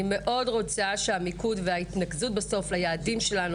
אני רוצה מאוד שהמיקוד וההתנקזות ליעדים שלנו,